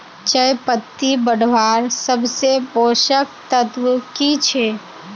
चयपत्ति बढ़वार सबसे पोषक तत्व की छे?